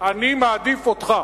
אני מעדיף אותך.